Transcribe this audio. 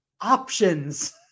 options